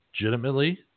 legitimately